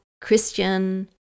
Christian